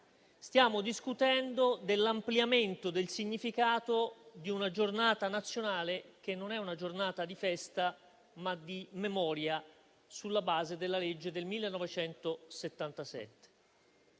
stiamo discutendo dell'ampliamento del significato di una Giornata nazionale, che è una giornata non di festa, ma di memoria, sulla base della legge del 1977.